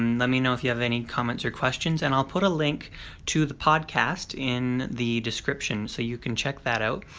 let me know if you have any comments or questions and i'll put a link to the podcast in the description so you can check that out.